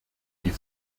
die